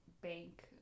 bank